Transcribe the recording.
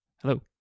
Hello